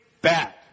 bad